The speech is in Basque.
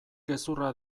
gezurra